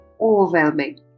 overwhelming